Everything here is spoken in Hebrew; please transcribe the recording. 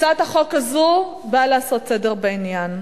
הצעת החוק הזאת באה לעשות סדר בעניין.